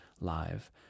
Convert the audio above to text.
live